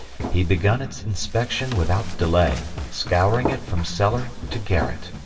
he began its inspection without delay, scouring it from cellar to garret.